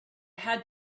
had